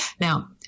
Now